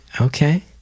okay